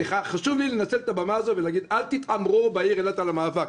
חשוב לי לנצל את הבמה הזו ולהגיד: אל תתעמרו בעיר אילת על המאבק.